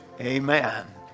Amen